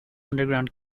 underground